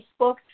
Facebook